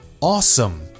awesome